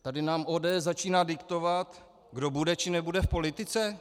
Tady nám ODS začíná diktovat, kdo bude, či nebude v politice?